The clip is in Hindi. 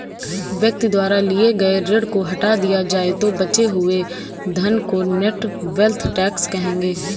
व्यक्ति द्वारा लिए गए ऋण को हटा दिया जाए तो बचे हुए धन को नेट वेल्थ टैक्स कहेंगे